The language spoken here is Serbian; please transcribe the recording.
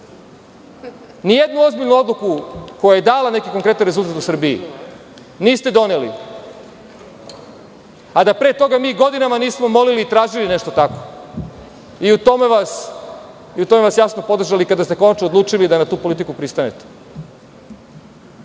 dana. Nijednu ozbiljnu odluku koja je dala neki konkretan rezultat u Srbiji niste doneli, a da pre toga mi godinama nismo molili i tražili nešto tako i u tome vas jasno podržali kada ste konačno odlučili da na tu politiku pristanete. Način